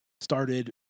started